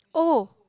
oh